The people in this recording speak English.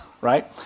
right